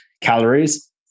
calories